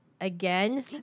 again